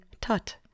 Tut